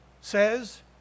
says